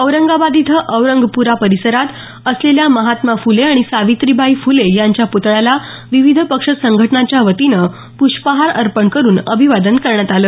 औरंगाबाद इथं औरंगपुरा परिसरात असलेल्या महात्मा फुले आणि सावित्रीबाई फुले यांच्या प्तळ्याला विविध पक्ष संघटनांच्या वतीनं पुष्पहार अर्पण करून अभिवादन करण्यात आलं